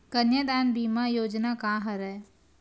कन्यादान बीमा योजना का हरय?